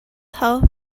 health